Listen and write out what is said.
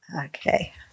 Okay